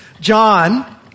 John